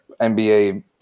NBA